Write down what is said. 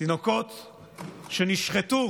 תינוקות שנשחטו,